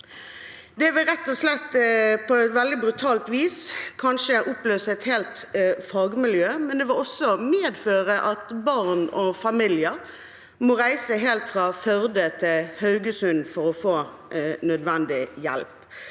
vis kanskje oppløse et helt fagmiljø, men det vil også medføre at barn og familier må reise helt fra Førde til Haugesund for å få nødvendig hjelp.